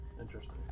Interesting